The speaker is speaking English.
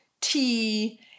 tea